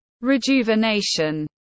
rejuvenation